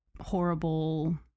horrible